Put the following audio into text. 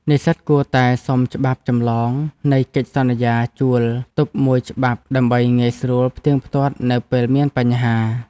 និស្សិតគួរតែសុំច្បាប់ចម្លងនៃកិច្ចសន្យាជួលទុកមួយច្បាប់ដើម្បីងាយស្រួលផ្ទៀងផ្ទាត់នៅពេលមានបញ្ហា។